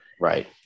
Right